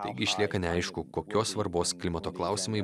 taigi išlieka neaišku kokios svarbos klimato klausimai